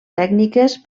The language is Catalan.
tècniques